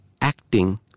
acting